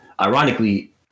ironically